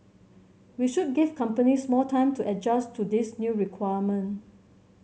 we should give companies more time to adjust to this new requirement